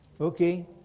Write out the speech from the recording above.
Okay